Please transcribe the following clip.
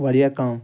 واریاہ کم